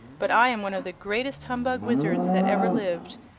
but i am one of the greatest humbug wizards that ever lived,